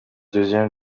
deuxième